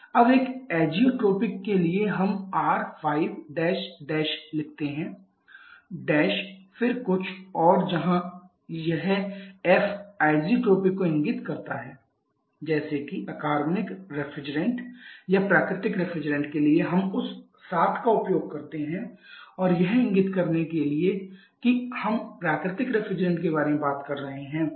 अब एक ऐज़ोट्रोपिक के लिए हम R5 लिखते हैं फिर कुछ और जहां यह F azeotropic को इंगित करता है जैसे कि अकार्बनिक रेफ्रिजरेंट या प्राकृतिक रेफ्रिजरेंट के लिए हम उस 7 का उपयोग करते हैं और यह इंगित करने के लिए कि हम प्राकृतिक रेफ्रिजरेंट के बारे में बात कर रहे हैं